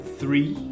three